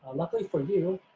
luckily for you,